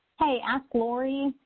hey, ask lori,